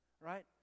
right